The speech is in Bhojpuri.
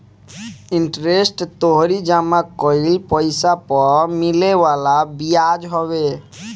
इंटरेस्ट तोहरी जमा कईल पईसा पअ मिले वाला बियाज हवे